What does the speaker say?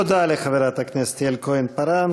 תודה לחברת הכנסת יעל כהן-פארן.